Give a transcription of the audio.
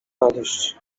radość